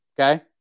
Okay